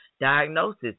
diagnosis